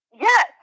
Yes